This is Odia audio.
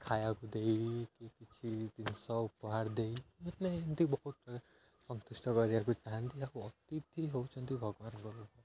ଖାଇବାକୁ ଦେଇ କି କିଛି ଜିନିଷ ଉପହାର ଦେଇ ମାନେ ଏମିତି ବହୁତ ସନ୍ତୁଷ୍ଟ କରିବାକୁ ଚାହାଁନ୍ତି ଆଉ ଅତିଥି ହେଉଛନ୍ତି ଭଗବାନଙ୍କ ରୂପ